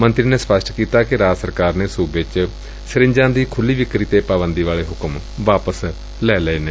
ਮੰਤਰੀ ਨੇ ਸਪਸ਼ਟ ਕੀਤਾ ਕਿ ਰਾਜ ਸਰਕਾਰ ਨੇ ਸੁਬੇ ਚ ਸਹਿਜਾ ਦੀ ਖੁਲ੍ਜੀ ਵਿਕਰੀ ਤੇ ਪਾਬੰਦੀ ਵਾਲੇ ਹੁਕਮ ਵਾਪਸ ਲੈ ਲਏ ਨੇ